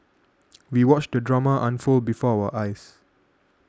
we watched the drama unfold before our eyes